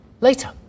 later